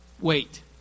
wait